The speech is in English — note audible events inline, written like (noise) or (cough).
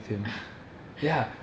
(coughs) (noise)